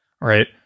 right